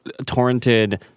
torrented